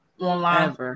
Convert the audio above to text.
online